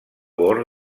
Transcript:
bord